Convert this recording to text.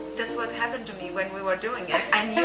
that's what happened to me when we were doing it and you